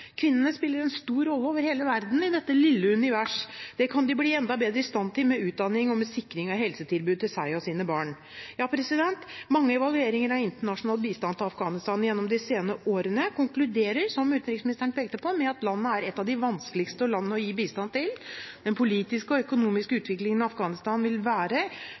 Kvinnene spiller en stor rolle over hele verden i dette lille universet. Det kan de bli enda bedre i stand til med utdanning og med sikring av helsetilbud til seg og sine barn. Mange evalueringer av internasjonal bistand til Afghanistan gjennom de senere årene konkluderer med, som utenriksministeren pekte på, at landet er et av de vanskeligste land å gi bistand til. De største utfordringene fremover ligger i den politiske og økonomiske utviklingen i Afghanistan.